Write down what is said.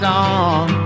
on